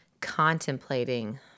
contemplating